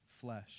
flesh